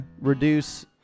reduce